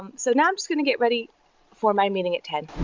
um so now i'm just going to get ready for my meeting at ten